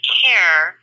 care